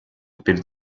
перед